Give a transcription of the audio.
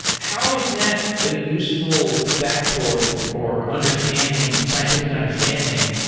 how is that a useful factoid or understanding, scientific understanding,